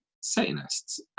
Satanists